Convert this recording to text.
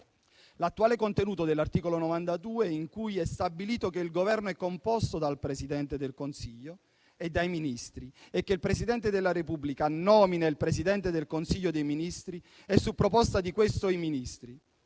L'attuale contenuto dell'articolo 92, in cui è stabilito che il Governo è composto dal Presidente del Consiglio e dai Ministri e che il Presidente della Repubblica nomina il Presidente del Consiglio dei ministri e, su proposta di questo, i Ministri,